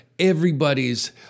Everybody's